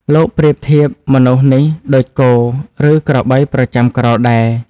លោកប្រៀបធៀបមនុស្សនេះដូចគោ ឬក្របីប្រចាំក្រោលដែរ ។